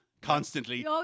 Constantly